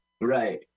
Right